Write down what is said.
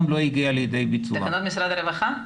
תקנות משרד הרווחה?